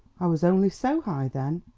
i was only so high then,